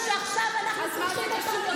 אז מה זה קשור?